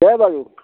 দে বাৰু